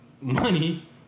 money